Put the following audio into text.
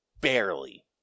barely